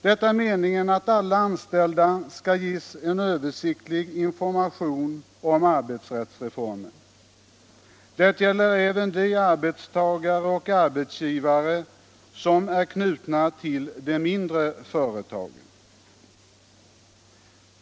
Det är meningen att alla anställda skall ges en översiktlig information om arbetsrättsreformen. Det gäller även de arbetstagare och arbetsgivare som är knutna till de mindre företagen.